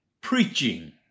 preaching